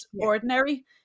ordinary